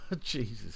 Jesus